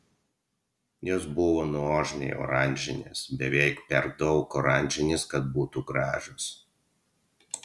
jos buvo nuožmiai oranžinės beveik per daug oranžinės kad būtų gražios